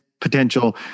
potential